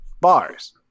bars